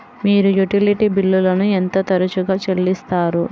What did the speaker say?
మీరు యుటిలిటీ బిల్లులను ఎంత తరచుగా చెల్లిస్తారు?